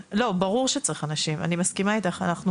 אני מסכימה איתך,